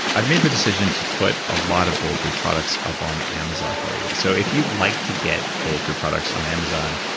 i've made the decision to put a lot of bulletproof products up on amazon for you so if you'd like to get bulletproof products on amazon,